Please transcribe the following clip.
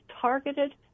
targeted